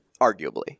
arguably